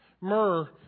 Myrrh